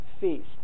feast